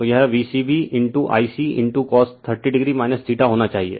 तो यह V c b Iccos30o होना चाहिए